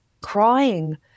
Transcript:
crying